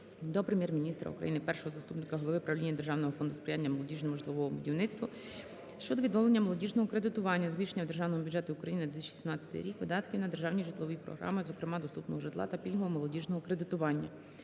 до Прем'єр-міністра України, Першого заступника голови правління Державного фонду сприяння молодіжному житловому будівництву щодо відновлення молодіжного кредитування – збільшення у Державному бюджеті України на 2017 рік видатків на державні житлові програми, зокрема, доступного житла та пільгового молодіжного кредитування.